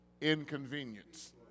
inconvenience